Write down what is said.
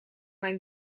mijn